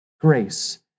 grace